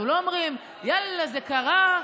לא אומרים: יאללה, זה קרה,